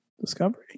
Discovery